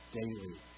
daily